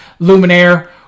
luminaire